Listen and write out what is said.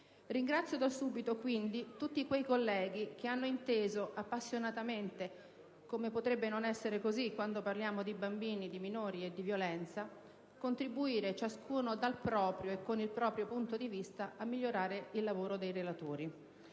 Ringrazio subito, quindi, tutti quei colleghi che hanno inteso, appassionatamente (come potrebbe non essere così quando parliamo di bambini, di minori e di violenza!), contribuire ciascuno dal proprio e con il proprio punto di vista a migliorare il lavoro dei relatori.